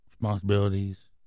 responsibilities